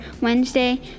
Wednesday